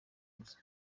gusa